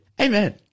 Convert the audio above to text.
Amen